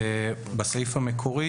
בסעיף המקורי